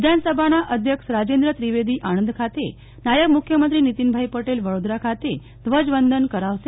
વિધાનસભા અધ્યક્ષ રાજેન્દ્રસિંહ ત્રિવેદી આણંદ ખાતે નાયબ મુખ્યમંત્રી નીતિનભાઈ પટેલ વડોદરા ખાતે ધ્વજવંદન કરાવશે